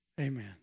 amen